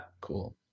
cool